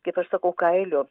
kaip aš sakau kailiu